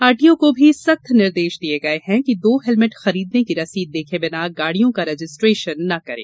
RTO को भी सख्त निर्देश दिए हैं कि दो हेलमेट खरीदने की रसीद देखे बिना गाड़ियों का रजिस्ट्रेशन न करें